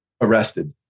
arrested